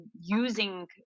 using